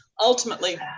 Ultimately